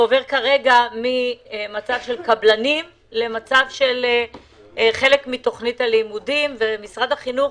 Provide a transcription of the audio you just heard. זה עובר ממצב של קבלנים למצב של להיות חלק מתכנית הלימודים ומשרד החינוך